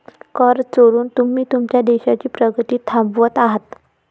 कर चोरून तुम्ही तुमच्या देशाची प्रगती थांबवत आहात